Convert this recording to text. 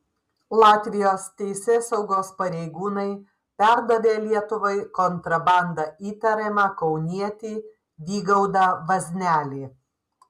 latvijos teisėsaugos pareigūnai perdavė lietuvai kontrabanda įtariamą kaunietį vygaudą vaznelį